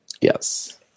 Yes